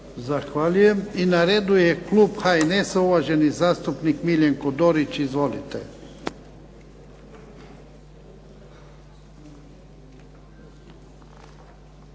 Zahvaljujem. I na redu je klub HNS-a, uvaženi zastupnik Miljenko Dorić. Izvolite.